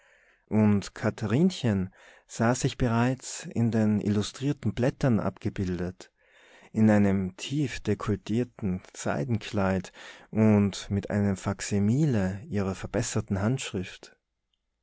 und katharinchen sah sich bereits in den illustrierten blättern abgebildet in einem tiefdekolletierten seidenkleid und mit einem faksimile ihrer verbesserten handschrift